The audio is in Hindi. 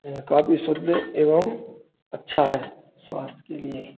यह काफी शुद्ध एवं अच्छा है स्वास्थ्य के लिए